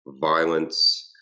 violence